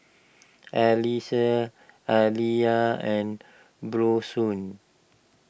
Alecia Aliya and Bronson